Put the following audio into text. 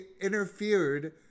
interfered